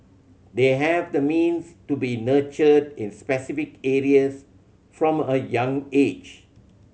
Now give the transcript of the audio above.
they have the means to be nurtured in specific areas from a young age